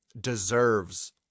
deserves